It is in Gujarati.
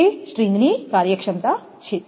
તે સ્ટ્રિંગની કાર્યક્ષમતા છે